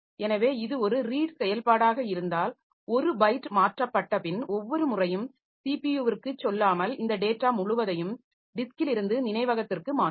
எனவே இது ஒரு ரீட் செயல்பாடாக இருந்தால் ஒரு பைட் மாற்றப்பட்டபின் ஒவ்வொரு முறையும் ஸிபியுவிற்க்கு சொல்லாமல் இந்தத் டேட்டா முழுவதையும் டிஸ்க்கில் இருந்து நினைவகத்திற்கு மாற்றும்